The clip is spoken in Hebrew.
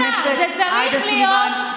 חברת הכנסת עאידה תומא סלימאן.